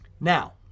Now